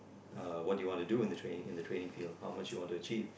uh what do you want to do in the train in the train how much you want to achieve